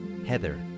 Heather